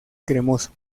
cremoso